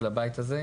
לבית הזה.